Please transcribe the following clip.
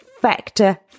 factor